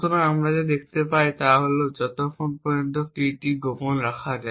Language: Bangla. সুতরাং আমরা যা দেখতে পাই তা হল যতক্ষণ পর্যন্ত কীটি গোপন রাখা হয়